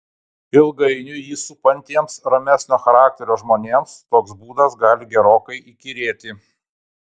ilgainiui jį supantiems ramesnio charakterio žmonėms toks būdas gali gerokai įkyrėti